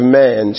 man